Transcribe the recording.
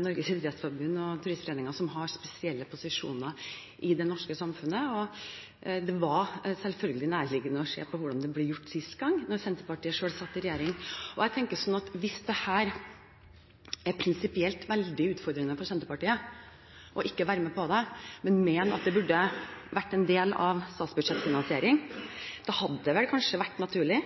Norges idrettsforbund og Den Norske Turistforening, som har spesielle posisjoner i det norske samfunnet. Det var selvfølgelig nærliggende å se på hvordan det ble gjort sist gang, da Senterpartiet selv satt i regjering. Jeg tenker slik at hvis dette er prinsipielt veldig utfordrende for Senterpartiet og de ikke vil være med på det, men mener at det burde vært en del av en statsbudsjettfinansiering, hadde det vel kanskje vært naturlig